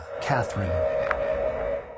Catherine